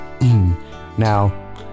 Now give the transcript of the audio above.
Now